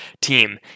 team